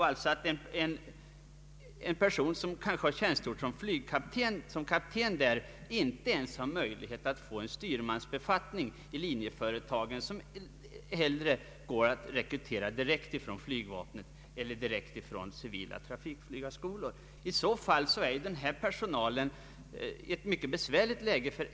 Alltså att en förare som kanske har tjänstgjort som kapten i ett charterbolag inte ens har möjlighet att få en styrmansbefattning i linjeföretagen, vilka hellre rekryterar direkt från flygvapnet eller direkt från civila trafikflygarskolor? I så fall är den här ifrågavarande personalen i ett mycket besvärligt läge.